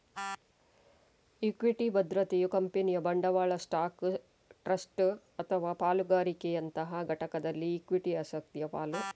equity ಭದ್ರತೆಯು ಕಂಪನಿಯ ಬಂಡವಾಳ ಸ್ಟಾಕ್, ಟ್ರಸ್ಟ್ ಅಥವಾ ಪಾಲುದಾರಿಕೆಯಂತಹ ಘಟಕದಲ್ಲಿ ಇಕ್ವಿಟಿ ಆಸಕ್ತಿಯ ಪಾಲು